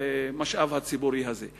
במשאב הציבורי הזה.